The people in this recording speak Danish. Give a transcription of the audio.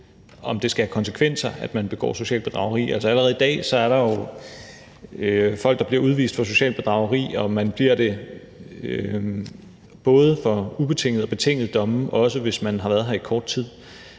om det skal have konsekvenser, at man begår socialt bedrageri. Altså, allerede i dag er der jo folk, der bliver udvist for socialt bedrageri, og man bliver det både for ubetingede og betingede domme, også hvis man har været her i kort tid,